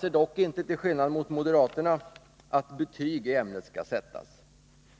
Till skillnad från moderaterna anser vi inte att betyg i ämnet skall sättas.